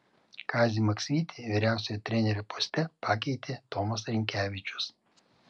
kazį maksvytį vyriausiojo trenerio poste pakeitė tomas rinkevičius